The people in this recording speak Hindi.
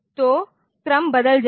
तो क्रम बदल जाएगा